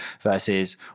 versus